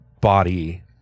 body